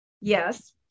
Yes